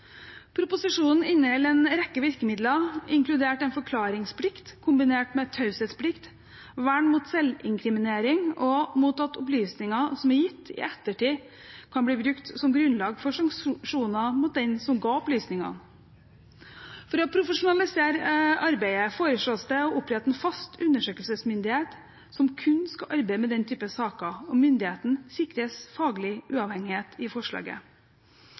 Proposisjonen inneholder en rekke virkemidler, inkludert en forklaringsplikt kombinert med taushetsplikt, vern mot selvinkriminering og mot at opplysninger som er gitt, i ettertid kan bli brukt som grunnlag for sanksjoner mot den som ga opplysningene. For å profesjonalisere arbeidet foreslås det å opprette en fast undersøkelsesmyndighet som kun skal arbeide med den type saker. Myndigheten sikres faglig uavhengighet i forslaget.